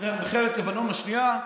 מלחמת לבנון השנייה,